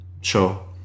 sure